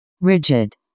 Rigid